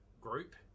group